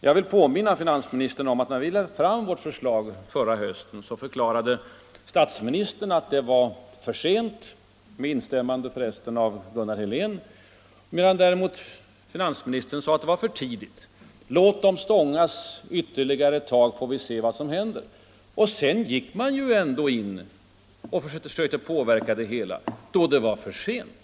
Jag vill påminna finansministern om att när vi lade fram vårt förslag förra hösten förklarade statsministern att det då var för sent, med instämmande förresten av Gunnar Helén, medan däremot finansministern sade att det var för tidigt: Låt dem ”stångas” ytterligare ett tag, så får vi se vad som händer, förklarade herr Sträng. Men sedan gick regeringen ändå in och försökte påverka det hela. Då var det för sent.